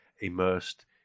Immersed